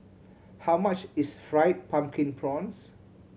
how much is Fried Pumpkin Prawns